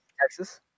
Texas